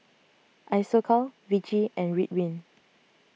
Isocal Vichy and Ridwind